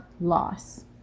loss